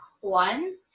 One